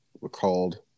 recalled